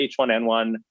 H1N1